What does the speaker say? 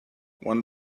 one